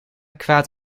kwaad